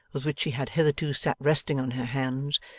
with which she had hitherto sat resting on her hands,